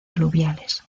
aluviales